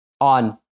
on